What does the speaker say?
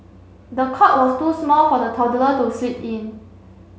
the cot was too small for the toddler to sleep in